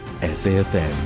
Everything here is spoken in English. SAFM